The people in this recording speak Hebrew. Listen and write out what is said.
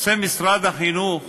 עושה משרד החינוך